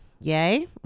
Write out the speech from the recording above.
Yay